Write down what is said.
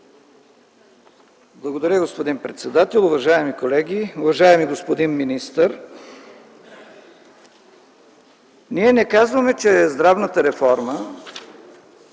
Благодаря, господин председателю. Уважаеми колеги, уважаеми господин министър! Ние не казваме, че здравната реформа,